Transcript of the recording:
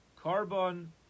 carbon